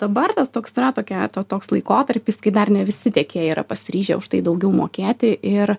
dabar tas toks yra tokia toks laikotarpis kai dar ne visi tiekėjai yra pasiryžę už tai daugiau mokėti ir